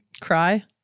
Cry